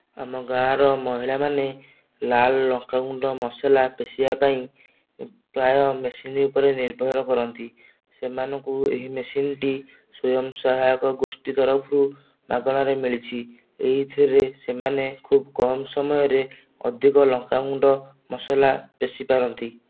ଆମ ଗାଁର ମହିଳା ମାନେ ଲାଲ୍ ଲଙ୍କା ଗୁଣ୍ଡ ମସଲା ପେଷିବା ପାଇଁ ପ୍ରାୟ ମେସିନ୍ ଉପରେ ନିର୍ଭର କରନ୍ତି ସେମାନଙ୍କୁ ଏହି ମେସିନ୍ ଟି ସ୍ୱୟଂସହାୟକ ଗୋଷ୍ଠି ତରଫରୁ ମାଗଣାରେ ମିଳିଛି ଏହିଥିରେ ସେମାନେ ଖୁବ କମ ସମୟରେ ଅଧିକ ଲଙ୍କା ଗୁଣ୍ଡ ମସଲା ପେଶିପାରନ୍ତି